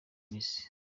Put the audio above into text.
miss